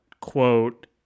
quote